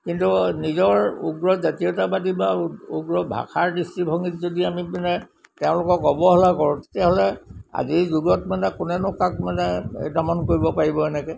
কিন্তু নিজৰ উগ্ৰ জাতীয়তাবাদী বা উগ্ৰ ভাষাৰ দৃষ্টিভংগীত যদি আমি মানে তেওঁলোকক অৱহেলা কৰোঁ তেতিয়াহ'লে আজিৰ যুগত মানে কোনেনো কাক মানে দমন কৰিব পাৰিব এনেকৈ